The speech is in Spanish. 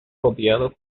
rodeado